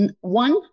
One